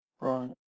Right